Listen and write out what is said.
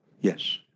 Yes